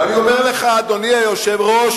אדוני היושב-ראש,